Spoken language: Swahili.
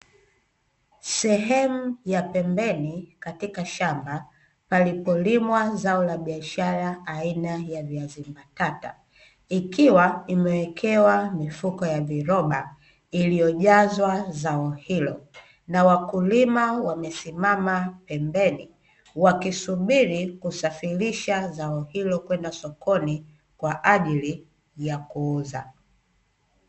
Sehemu ya pembeni katika shamba, palipolimwa zao la biashara aina ya viazi mbatata, ikiwa imewekewa mifuko ya viroba iliyojazwa zao hilo, na wakulima wamesimama pembeni wakisubiri kusafirisha zao hilo kwenda sokoni kwa ajili ya kuuza.